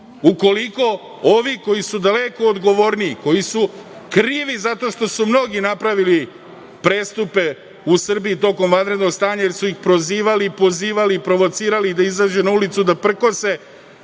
ukoliko ovi koji su daleko odgovorniji, koji su krivi zato što su mnogi napravili prestupe u Srbiji tokom vanrednog stanja jer su ih prozivali, pozivali, provocirali da izađu na ulicu da prkose